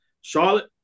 Charlotte